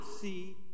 see